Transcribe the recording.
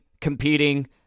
competing